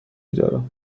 دارم